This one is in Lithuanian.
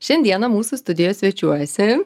šiandieną mūsų studijoj svečiuojasi